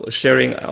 sharing